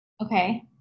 Okay